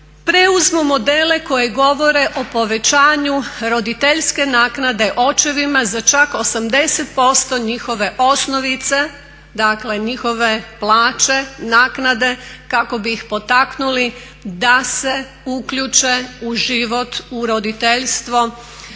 preuzmu modele koji govore o povećanju roditeljske naknade očevima za čak 80% njihove osnovice, dakle njihove plaće, naknade kako bi ih potaknuli da se uključe u život, u roditeljstvo,